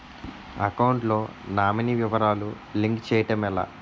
Account లో nominee వివరాలు link చేయటం ఎలా?